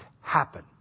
happen